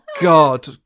God